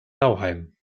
nauheim